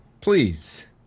please